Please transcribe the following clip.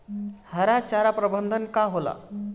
हरा चारा प्रबंधन का होला?